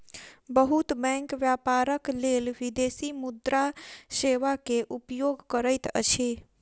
बहुत बैंक व्यापारक लेल विदेशी मुद्रा सेवा के उपयोग करैत अछि